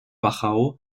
wachau